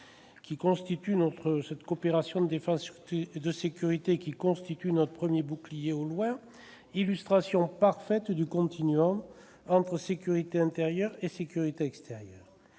qui constitue notre « premier bouclier au loin », illustration parfaite du entre sécurité intérieure et sécurité extérieure.